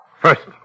First